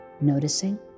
noticing